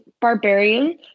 barbarian